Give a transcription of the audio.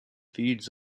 feeds